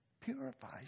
purifies